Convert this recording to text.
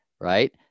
Right